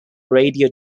radio